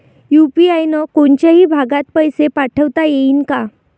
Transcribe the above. UPI न कोनच्याही भागात पैसे पाठवता येईन का?